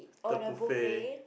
the buffet